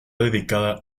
dedicada